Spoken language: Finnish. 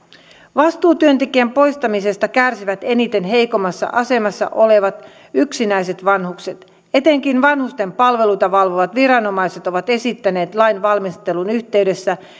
vastuutyöntekijän poistamisesta kärsivät eniten heikoimmassa asemassa olevat yksinäiset vanhukset etenkin vanhusten palveluita valvovat viranomaiset ovat esittäneet lainvalmistelun yhteydessä